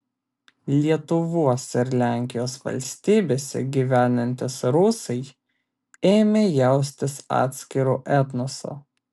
lietuvos ir lenkijos valstybėse gyvenantys rusai ėmė jaustis atskiru etnosu